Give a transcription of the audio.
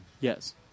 Yes